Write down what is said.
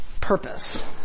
purpose